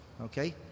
Okay